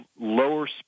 lower